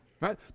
right